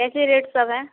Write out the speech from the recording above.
कैसे रेट सब है